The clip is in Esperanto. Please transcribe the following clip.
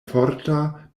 forta